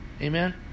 Amen